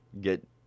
get